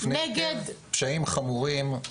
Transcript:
עקב פשעים חמורים,